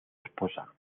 esposa